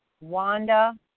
Wanda